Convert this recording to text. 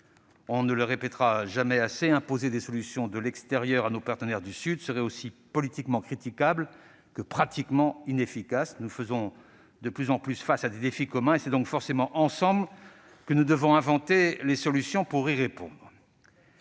On ne le répétera jamais assez : imposer des solutions de l'extérieur à nos partenaires du Sud serait aussi politiquement critiquable que pratiquement inefficace. Nous faisons de plus en plus face à des défis communs ; c'est donc forcément ensemble que nous devons inventer les solutions pour y répondre.